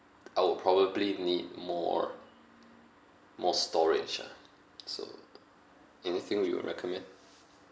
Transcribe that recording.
I would probably need more more storage ah so anything you would recommend